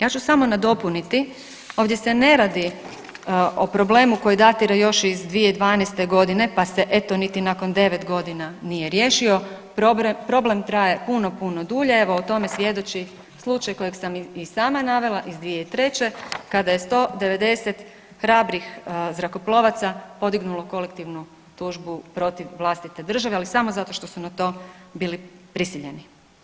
Ja ću samo nadopuniti, ovdje se ne radi o problemu koji datira još iz 2012.g., pa se eto niti nakon 9.g. nije riješio, problem traje puno, puno dulje, evo o tome svjedoči slučaj kojeg sam i sama navela iz 2003. kada je 190 hrabrih zrakoplovaca podignulo kolektivnu tužbu protiv vlastite države, ali samo zato što su na to bili prisiljeni.